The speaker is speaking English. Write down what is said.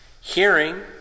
hearing